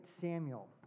Samuel